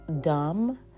dumb